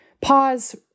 Pause